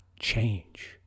change